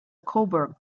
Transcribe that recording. cobourg